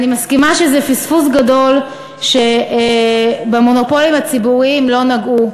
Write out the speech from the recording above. אני מסכימה שזה פספוס גדול שבמונופולים הציבוריים לא נגעו,